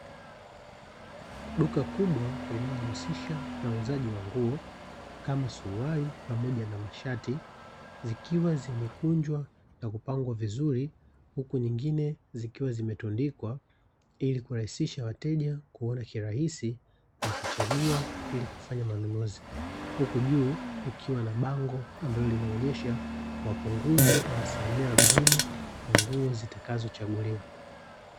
Duka kubwa linalojihusisha na uuzaji wa nguo kama suruali pamoja na mashati, zikiwa zimekunjwa na kupangwa vizuri huku nyingine zikiwa zimetundikwa ili kurahisisha wateja kuona kirahisi na kuchagua ili kufanya manunuzi, huku juu kukiwa na bango ambalo linaonyesha kwa punguzo la asilimia arobaini kwa nguo zitakazochaguliwa.